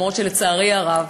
למרות שלצערי הרב,